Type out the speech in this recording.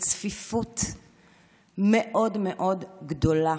בצפיפות מאוד מאוד גדולה.